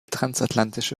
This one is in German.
transatlantische